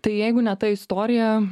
tai jeigu ne ta istorija